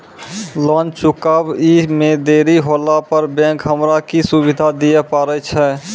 Loan चुकब इ मे देरी होला पर बैंक हमरा की सुविधा दिये पारे छै?